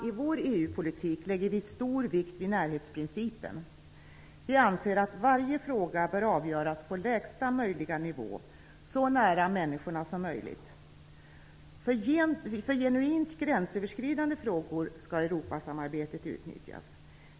I vår EU-politik lägger vi stor vikt vid närhetsprincipen. Vi anser att varje fråga bör avgöras på lägsta möjliga nivå, dvs. så nära människorna som möjligt. För genuint gränsöverskridande frågor skall Europasamarbetet utnyttjas.